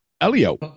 Elio